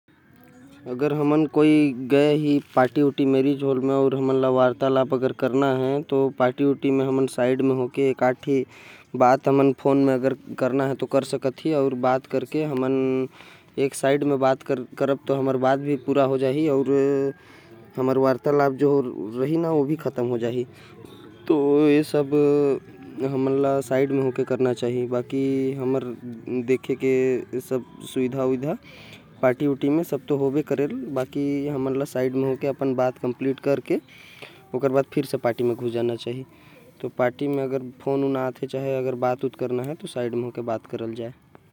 हमन पार्टी में बात शुरू करथ ही तो प्यार मोहबत से बात करे। के पड़ ही अउ उमन ला बताये के पड़ ही की हमन ऐ ऐ तैयारी करे। ही शादी बिहाह आराम से हो जाके चाही।